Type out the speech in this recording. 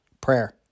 prayer